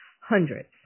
hundreds